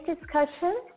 discussion